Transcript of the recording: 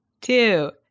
two